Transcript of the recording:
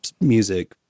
music